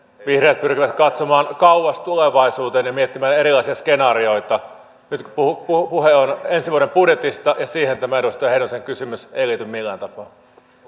vihreät pyrkivät katsomaan kauas tulevaisuuteen ja miettimään erilaisia skenaarioita nyt kun puhe on ensi vuoden budjetista siihen tämä edustaja heinosen kysymys ei liity millään tapaa